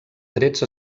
trets